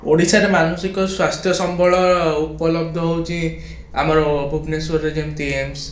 ଓଡ଼ିଶାରେ ମାନସିକ ସ୍ୱାସ୍ଥ୍ୟ ସମ୍ବଳ ଉପଲବ୍ଧ ହେଉଛି ଆମର ଭୁବନେଶ୍ୱରରେ ଯେମିତି ଏମ୍ସ